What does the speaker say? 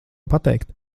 pateikt